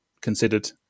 considered